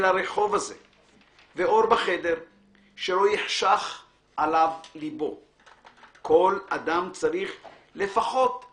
הרחוב הזה / ואור בחדר / שלא יחשך עליו ליבו / כל אדם צריך לפחות /